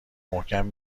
محکم